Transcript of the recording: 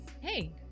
hey